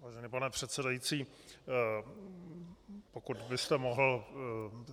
Vážený pane předsedající, pokud byste mohl